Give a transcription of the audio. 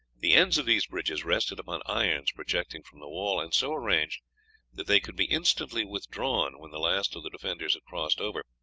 the ends of these bridges rested upon irons projecting from the wall, and so arranged that they could be instantly withdrawn when the last of the defenders had crossed over,